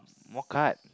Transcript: more card